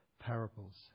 parables